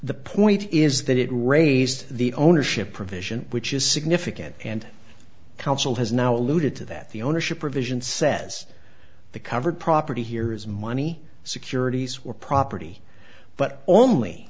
the point is that it raised the ownership provision which is significant and council has now alluded to that the ownership provision says the covered property here is money securities were property but only